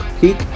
Peak